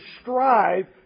strive